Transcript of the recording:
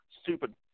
stupid